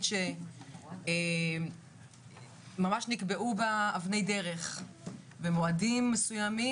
בתוכנית שממש נקבעו בה אבני דרך ומועדים מסוימים.